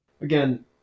again